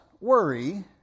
worry